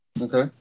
Okay